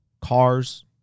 cars